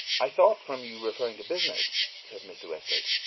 i thought, from your referring to business said mr. westgate.